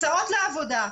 הסעות לעבודה,